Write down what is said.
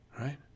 right